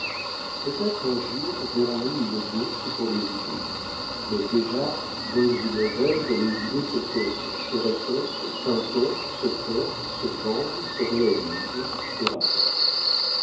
peut-être un jour verrons-nous une bourse pour les idées mais déjà bonnes ou mauvaises les idées se cotent se récoltent s'importent se portent se vendent se réalisent et rapportent